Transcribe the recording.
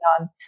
on